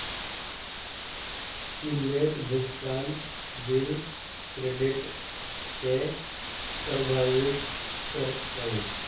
की late भुगतान bill credit केँ प्रभावित करतै?